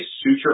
suture